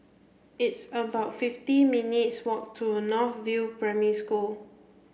it's about fifty minutes walk to North View Primary School